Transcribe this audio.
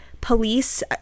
police